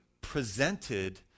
presented